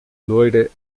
loira